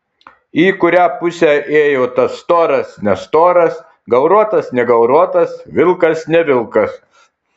į kurią pusę ėjo tas storas nestoras gauruotas negauruotas vilkas ne vilkas